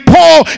Paul